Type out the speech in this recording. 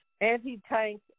anti-tank